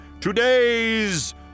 Today's